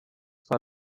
for